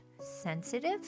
Sensitive